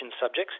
subjects